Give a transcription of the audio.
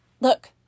look